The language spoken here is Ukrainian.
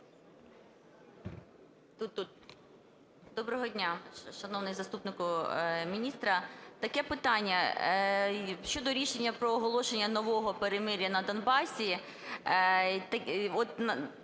Доброго дня, шановний заступнику міністра. Таке питання щодо рішення проголошення нового перемир'я на Донбасі.